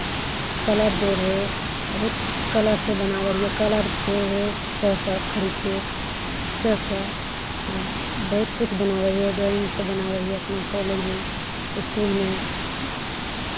colour दै रहै बहुत कलरसँ बनाबै रहियै कलर दै रहै सरसभ खरीद कऽ सभ तऽ बहुत किछु बनाबै रहियै ड्राइंगसभ बनाबै रहियै अपना कॉलेजमे इसकुलमे